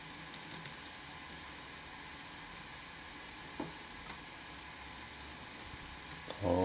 oh